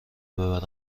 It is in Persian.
ببرم